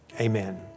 Amen